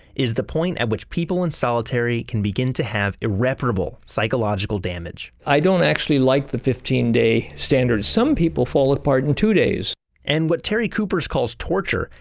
is the point at which people in solitary can begin to have irreparable psychological damage. i don't actually like the fifteen day standard, some people fall apart in two days and what terry kupers calls torture,